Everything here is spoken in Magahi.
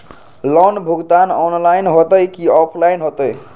लोन भुगतान ऑनलाइन होतई कि ऑफलाइन होतई?